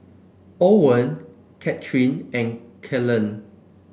Owen Katherine and Cale